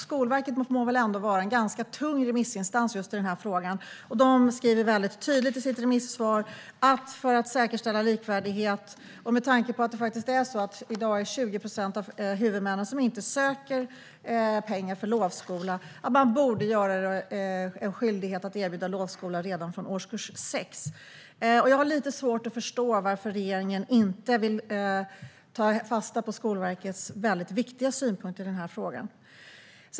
Skolverket må väl ändå vara en ganska tung remissinstans just i denna fråga, och de skriver mycket tydligt i sitt remissvar att det, för att säkerställa likvärdighet och med tanke på att det i dag är 20 procent av huvudmännen som inte söker pengar för lovskola, borde vara en skyldighet att erbjuda lovskola redan från årskurs 6. Jag har därför lite svårt att förstå varför regeringen inte vill ta fasta på Skolverkets mycket viktiga synpunkt i denna fråga.